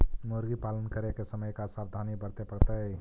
मुर्गी पालन करे के समय का सावधानी वर्तें पड़तई?